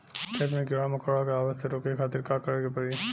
खेत मे कीड़ा मकोरा के आवे से रोके खातिर का करे के पड़ी?